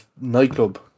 nightclub